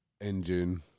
engine